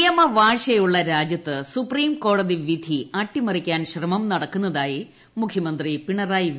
നിയമവാഴ്ചയുള്ള രാജ്യത്ത് സുപ്രീം കോടതി വിധി അട്ടിറിക്കാൻ ശ്രമം നടക്കുന്നതായി മുഖ്യമന്ത്രി പിണറായി വിജയൻ